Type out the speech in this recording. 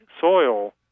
soil